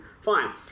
Fine